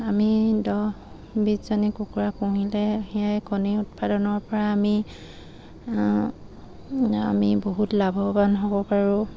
আমি দহ বিছজনী কুকুৰা পুহিলে সেয়াই কণী উৎপাদনৰপৰা আমি আমি বহুত লাভৱান হ'ব পাৰোঁ